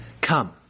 come